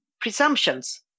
presumptions